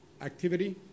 activity